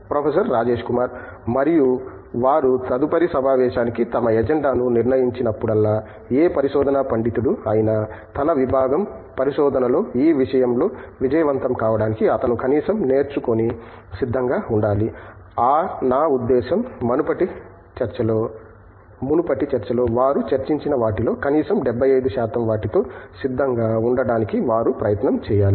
professor Rajesh Kumar మరియు వారు తదుపరి సమావేశానికి తమ ఎజెండాను నిర్ణయించినప్పుడల్లా ఏ పరిశోధన పండితుడు అయినా తన విబాగం పరిశోధనలో ఈ విషయంలో విజయవంతం కావడానికి ఆతను కనీసం నేర్చుకొని సిద్ధంగా ఉండాలి అ నా ఉద్దేశ్యం మునుపటి చర్చలో వారు చర్చించిన వాటిలో కనీసం 75 శాతం వాటితో సిద్ధంగా ఉండడానికి వారు ప్రయత్నం చేయాలి